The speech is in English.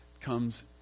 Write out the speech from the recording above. comes